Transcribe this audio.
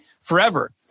forever